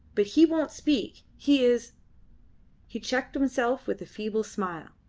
but he won't speak. he is he checked himself with a feeble smile,